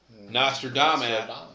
Nostradamus